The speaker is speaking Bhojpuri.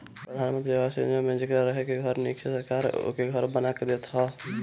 प्रधान मंत्री आवास योजना में जेकरा रहे के घर नइखे सरकार ओके घर बना के देवत ह